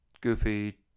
goofy